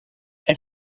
elle